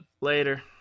later